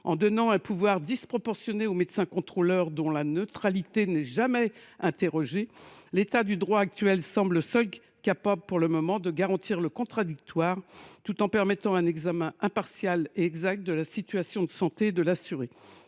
en accordant un pouvoir disproportionné au médecin contrôleur dont la neutralité n’est jamais interrogée, le droit en vigueur semble seul capable, pour le moment, de garantir le contradictoire, tout en permettant un examen impartial et exact de la situation de santé de l’assuré.